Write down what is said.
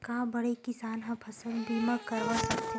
का बड़े किसान ह फसल बीमा करवा सकथे?